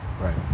Right